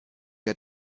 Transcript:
der